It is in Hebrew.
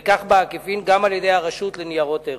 וכך בעקיפין גם על-ידי הרשות לניירות ערך.